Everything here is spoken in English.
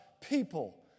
people